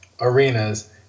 arenas